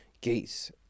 Gates